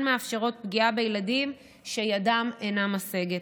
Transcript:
מאפשרות פגיעה בילדים שידם אינה משגת.